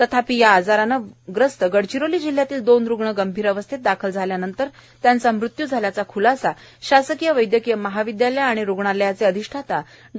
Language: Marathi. तथापि या आजाराने ग्रस्त गडचिरोली जिल्ह्यातील दोन रुग्ण गंभीर अवस्थेत दाखल झाल्यानंतर त्यांचा मृत्यू झाल्याचा ख्लासा शासकीय वैद्यकीय महाविद्यालय आणि रुग्णालयाचे अधिष्ठाता डॉ